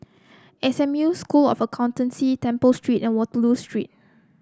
S M U School of Accountancy Temple Street and Waterloo Street